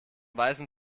weißem